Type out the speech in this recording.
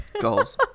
Goals